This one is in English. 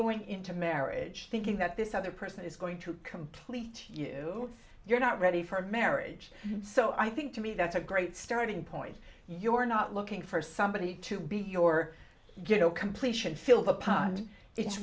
going into marriage thinking that this other person is going to complete you you're not ready for marriage so i think to me that's a great starting point you're not looking for somebody to be your you know completion feel the power it's